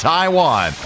Taiwan